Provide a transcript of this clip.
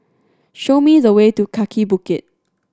show me the way to Kaki Bukit